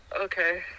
Okay